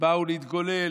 באו להתגולל,